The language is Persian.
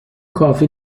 کافی